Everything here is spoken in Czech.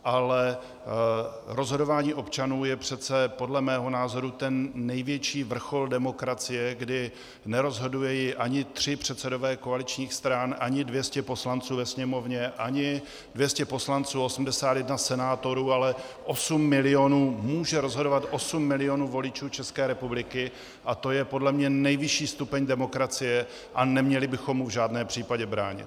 Ale rozhodování občanů je přece podle mého názoru ten největší vrchol demokracie, kdy nerozhodují ani tři předsedové koaličních stran, ani 200 poslanců ve Sněmovně, ani 200 poslanců a 81 senátorů, ale může rozhodovat osm milionů voličů České republiky, a to je podle mne nejvyšší stupeň demokracie a neměli bychom mu v žádném případě bránit.